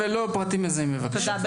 פרטים מזהים בבקשה.